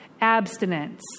abstinence